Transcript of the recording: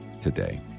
today